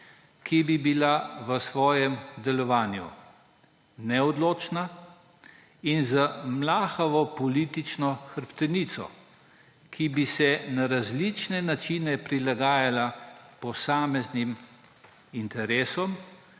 ki bi bila v svojem delovanju neodločna in z mlahavo politično hrbtenico, ki bi se na različne načine prilagajala posameznim interesom